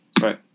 Right